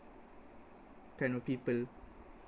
kind of people